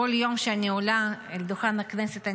בכל יום שאני עולה אל דוכן הכנסת,